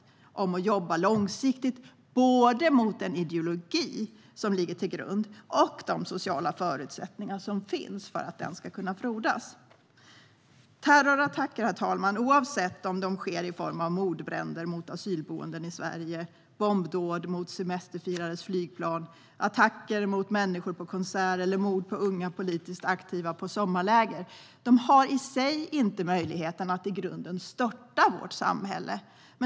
Det handlar om att jobba långsiktigt både mot den ideologi som finns i grunden och de sociala förutsättningar som finns för att den ska kunna frodas. Herr talman! Terrorattacker, oavsett om de sker i form av mordbränder mot asylboenden i Sverige, bombdåd mot semesterfirares flygplan, attacker mot människor på konsert eller mord på unga politiskt aktiva på sommarläger, har i sig inte möjlighet att i grunden störta vårt samhälle.